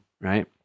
right